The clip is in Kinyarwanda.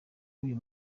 uyu